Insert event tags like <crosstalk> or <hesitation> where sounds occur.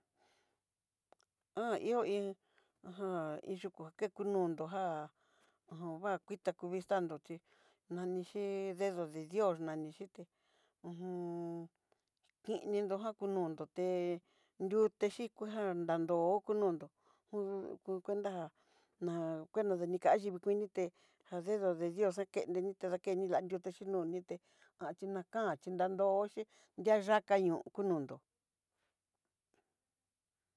Han ihó híe ajan iin yukú keku nundó já jó va kuitá ku vista nró xhí nanixhí dedó de dios nani xhité uju <hesitation> kininró jan, kunonnró té nrute xikuá jan dandó hó kunondó ku cuenta já na kueno dinikaxhi kuiinité ja dedo de dios jan, kendení ta deken'ni la dióte xhi nonité <hesitation> hinakanxi nanroxi di'a yaka ño'o kunondó.